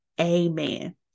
Amen